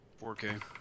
4K